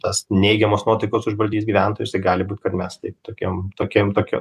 tos neigiamos nuotaikos užvaldys gyventojus gali būti kad mes taip tokiam tokiam tokia